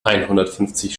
einhundertfünfzig